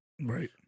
Right